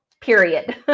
period